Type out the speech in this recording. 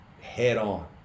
head-on